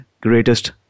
greatest